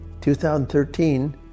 2013